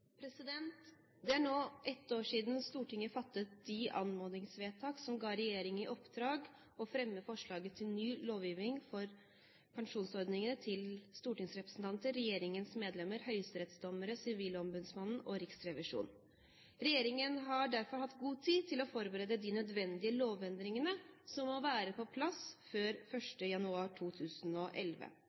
støtter. Det er nå et år siden Stortinget fattet de anmodningsvedtak som ga regjeringen i oppdrag å fremme forslag til ny lovgivning for pensjonsordningene til stortingsrepresentanter, regjeringsmedlemmer, høyesterettsdommere, sivilombudsmann og riksrevisor. Regjeringen har derfor hatt god tid til å forberede de nødvendige lovendringene som må være på plass før 1. januar 2011.